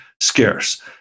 scarce